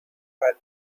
but